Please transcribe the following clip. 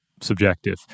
subjective